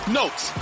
notes